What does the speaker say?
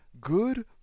good